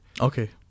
Okay